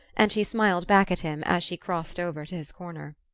and she smiled back at him as she crossed over to his corner.